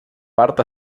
part